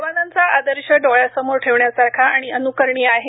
जवानांचा आदर्श डोळ्यासमोर ठेवण्यासारखा आणि अनुकरणीय आहे